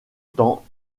temps